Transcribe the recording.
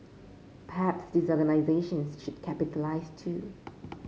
perhaps these organisations should capitalise too